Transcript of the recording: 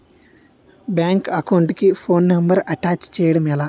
Bank account కి phone number attach చేయడం ఎలా?